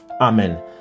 Amen